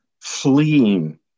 fleeing